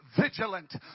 vigilant